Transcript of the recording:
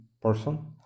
person